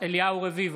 אליהו רביבו,